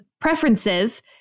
preferences